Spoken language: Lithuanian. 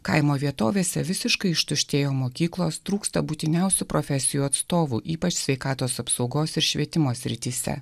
kaimo vietovėse visiškai ištuštėjo mokyklos trūksta būtiniausių profesijų atstovų ypač sveikatos apsaugos ir švietimo srityse